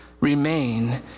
remain